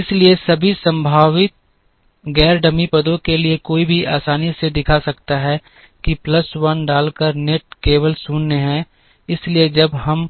इसलिए सभी संभावित गैर डमी पदों के लिए कोई भी आसानी से दिखा सकता है कि प्लस 1 डालकर नेट केवल 0 है इसलिए जब हम